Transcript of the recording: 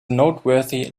noteworthy